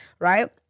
right